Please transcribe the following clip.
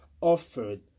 offered